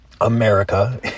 America